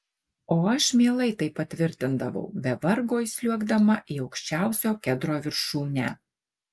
o aš mielai tai patvirtindavau be vargo įsliuogdama į aukščiausio kedro viršūnę